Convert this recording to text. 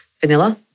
Vanilla